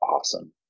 awesome